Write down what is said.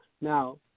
Now